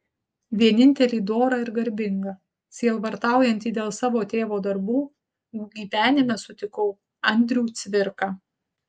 vienintelį dorą ir garbingą sielvartaujantį dėl savo tėvo darbų gyvenime sutikau andrių cvirką